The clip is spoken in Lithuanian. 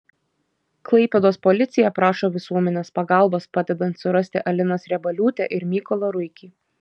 klaipėdos policija prašo visuomenės pagalbos padedant surasti aliną sriebaliūtę ir mykolą ruikį